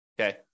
okay